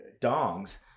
dongs